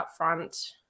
upfront